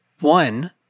one